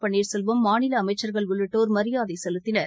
பன்னீர்செல்வம் மாநிலஅமைச்சர்கள் உள்ளிட்டோர் மரியாதைசெலுத்தினர்